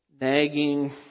nagging